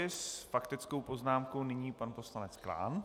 S faktickou poznámkou nyní pan poslanec Klán.